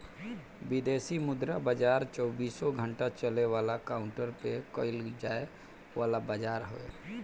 विदेशी मुद्रा बाजार चौबीसो घंटा चले वाला काउंटर पे कईल जाए वाला बाजार हवे